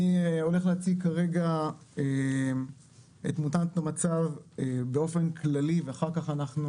אני הולך להציג כרגע את תמונת המצב באופן כללי ואחר כך אנחנו